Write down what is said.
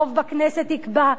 הרוב בכנסת יקבע.